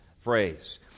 phrase